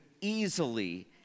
easily